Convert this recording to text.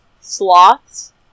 sloths